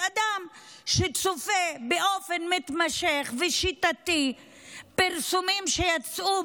שאדם שצופה באופן מתמשך ושיטתי בפרסומים שיצאו